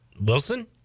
Wilson